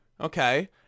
Okay